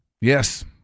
yes